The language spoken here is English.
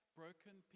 broken